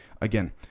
again